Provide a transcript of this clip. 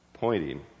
Pointing